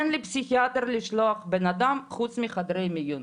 אין לי פסיכיאטר לשלוח את הבן אדם חוץ מלחדרי מיון.